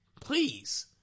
Please